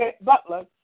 butler